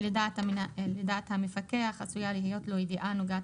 שלדעת המפקח עשויה להיות לו ידיעה הנוגעת